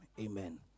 Amen